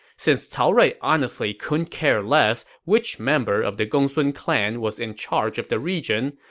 since cao rui honestly couldn't care less which member of the gongsun clan was in charge of the region,